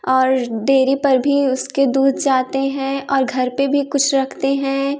और डेयरी पर भी उसके दूध जाते हैं और घर पे भी कुछ रखते हैं